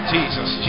Jesus